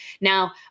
Now